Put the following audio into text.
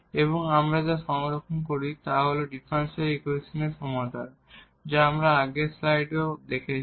এবং এখন আমরা যা সংরক্ষণ করি তা হল যে ডিফারেনশিয়াল ইকুয়েশনের সমাধান যা আমরা আগের উদাহরণেও দেখেছি